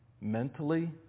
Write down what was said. mentally